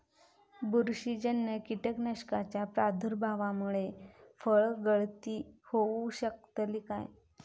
बुरशीजन्य कीटकाच्या प्रादुर्भावामूळे फळगळती होऊ शकतली काय?